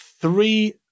three